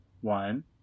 one